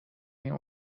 این